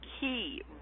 key